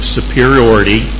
superiority